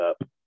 up